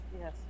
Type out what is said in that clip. Yes